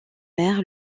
mère